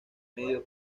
medio